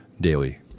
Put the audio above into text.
daily